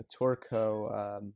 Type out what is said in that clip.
Torco